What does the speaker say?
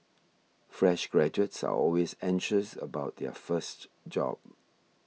fresh graduates are always anxious about their first job